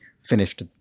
finished